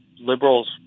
liberals